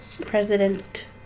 president